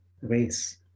race